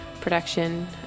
production